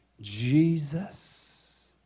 Jesus